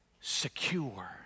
secure